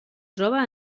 troba